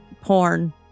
porn